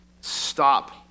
stop